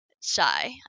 shy